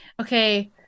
okay